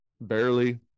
barely